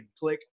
click